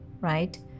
Right